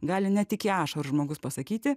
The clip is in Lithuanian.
gali net iki ašarų žmogus pasakyti